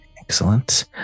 Excellent